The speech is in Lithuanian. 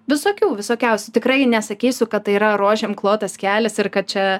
visokių visokiausių tikrai nesakysiu kad tai yra rožėm klotas kelias ir kad čia